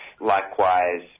Likewise